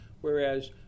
Whereas